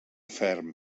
ferm